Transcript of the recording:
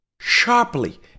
sharply